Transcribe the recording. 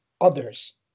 others